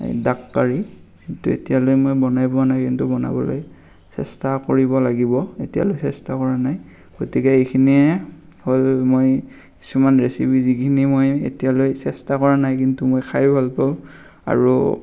এই ডাক কাৰী কিন্তু এতিয়ালৈ মই বনাই পোৱা নাই কিন্তু বনাবলৈ চেষ্টা কৰিব লাগিব এতিয়ালৈ চেষ্টা কৰা নাই গতিকে এইখিনিয়ে হ'ল মই কিছুমান ৰেচিপি যিখিনি মই এতিয়ালৈ চেষ্টা কৰা নাই কিন্তু মই খায়ো ভাল পাওঁ আৰু